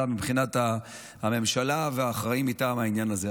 מבחינת הממשלה והאחראים לעניין הזה.